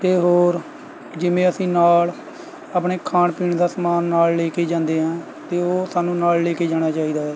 ਅਤੇ ਹੋਰ ਜਿਵੇਂ ਅਸੀਂ ਨਾਲ਼ ਆਪਣੇ ਖਾਣ ਪੀਣ ਦਾ ਸਮਾਨ ਨਾਲ਼ ਲੈ ਕੇ ਜਾਂਦੇ ਹਾਂ ਅਤੇ ਉਹ ਸਾਨੂੰ ਨਾਲ਼ ਲੈ ਕੇ ਜਾਣਾ ਚਾਹੀਦਾ ਹੈ